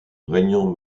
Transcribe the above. régnant